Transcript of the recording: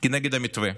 כנגד המתווה.